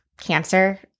cancer